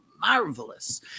marvelous